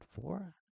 four